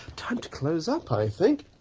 time to close up, i think,